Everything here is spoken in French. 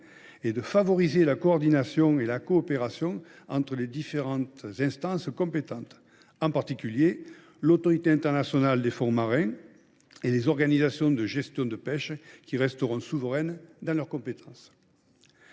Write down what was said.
et de favoriser la coordination et la coopération entre les différentes instances compétentes, en particulier l’Autorité internationale des fonds marins et les organisations de gestion de pêche, qui resteront souveraines dans leurs compétences.